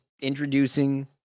introducing